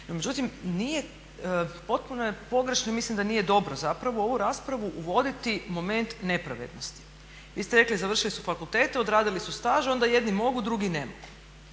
međutim nije, potpuno je pogrešno i mislim da nije dobro zapravo u ovu raspravu uvoditi moment nepravednosti. Vi ste rekli, završili su fakultete, odradili su staž onda jedni mogu, drugi ne mogu.